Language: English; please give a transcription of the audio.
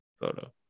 photo